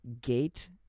Gate